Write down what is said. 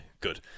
Good